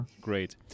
Great